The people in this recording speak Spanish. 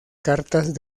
cartas